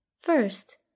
First